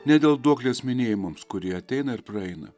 ne dėl duoklės minėjimams kurie ateina ir praeina